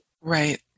Right